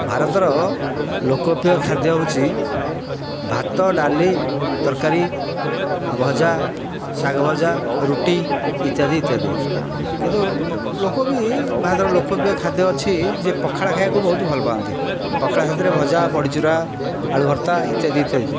ଭାରତର ଲୋକପ୍ରିୟ ଖାଦ୍ୟ ହେଉଛି ଭାତ ଡାଲି ତରକାରୀ ଆଉ ଭଜା ଶାଗ ଭଜା ରୁଟି ଇତ୍ୟାଦି ଇତ୍ୟାଦି କିନ୍ତୁ ଲୋକ ବି ଭାରତର ଲୋକପ୍ରିୟ ଖାଦ୍ୟ ଅଛି ଯେ ପଖାଳ ଖାଇବାକୁ ବହୁତ ଭଲ ପାଆନ୍ତି ପଖାଳ ସାଥିରେ ଭଜା ବଡ଼ି ଚୁରା ଆଳୁ ଭର୍ତ୍ତା ଇତ୍ୟାଦି ଇତ୍ୟାଦି